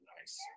Nice